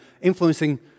influencing